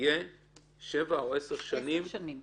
תהיה שבע או 10 שנים -- 10 שנים.